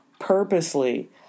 purposely